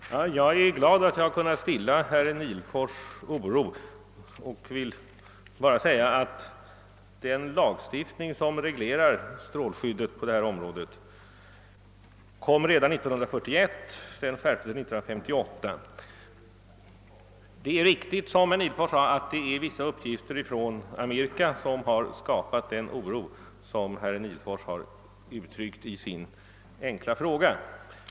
Herr talman! Jag är glad över att jag kunnat stilla herr Nihlfors” oro, och jag vill bara tillägga att den lagstiftning som reglerar strålskyddet på detta om: råde tillkom redan år 1941 och skärptes 1958. Det är riktigt som herr Nihlfors nämnde att vissa uppgifter från USA har skapat den oro herr Nihlfors gett uttryck för i sin enkla fråga.